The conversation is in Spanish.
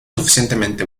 suficientemente